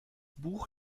buch